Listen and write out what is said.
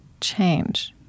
change